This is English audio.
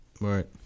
Right